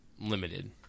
limited